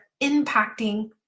impacting